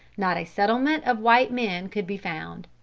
not a settlement of white men could be found.